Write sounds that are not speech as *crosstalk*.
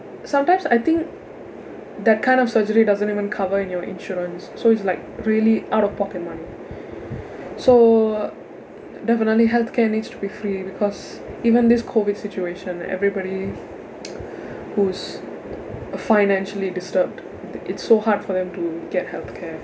sometimes I think that kind of surgery doesn't even cover in your insurance so it's like really out of pocket money so definitely health care needs to be free because even this COVID situation everybody *noise* who's financially disturbed the it's so hard for them to get healthcare